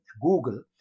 Google